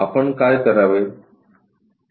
आपण काय करावे